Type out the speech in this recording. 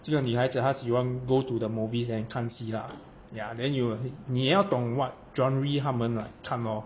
这个女孩子她喜欢 go to the movies then 看戏 lah ya then you 你要懂 what genre 她们 like 看 lor